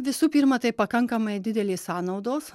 visų pirma tai pakankamai didelės sąnaudos